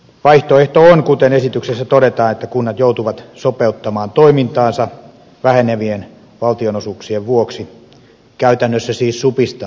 vaihtoehto on kuten esityksessä todetaan että kunnat joutuvat sopeuttamaan toimintaansa vähenevien valtionosuuksien vuoksi käytännössä siis supistamaan palveluja